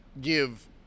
give